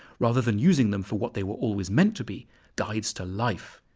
rather than using them for what they were always meant to be guides to life.